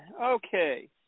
Okay